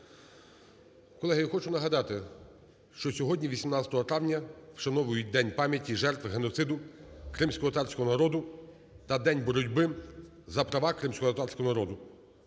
Колеги, я хочу нагадати, що сьогодні, 18 травня вшановують День пам'яті жертв геноциду кримськотатарського народу та День боротьби за права кримськотатарського народу.